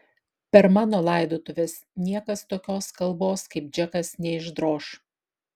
per mano laidotuves niekas tokios kalbos kaip džekas neišdroš